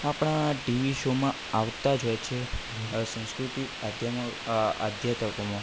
આપણા ટીવી શોમાં આવતા જ હોય છે આ સંસ્કૃતિક આધ્યમો આ આધ્યાતકોમો